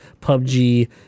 PUBG